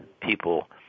people